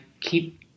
keep